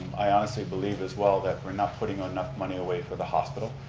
i honestly believe as well that we're not putting enough money away for the hospital.